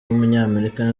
w’umunyamerika